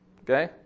Okay